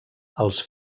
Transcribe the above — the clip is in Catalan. els